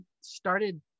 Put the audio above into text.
started